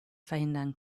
verhindern